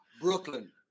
Brooklyn